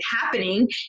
happening